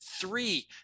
three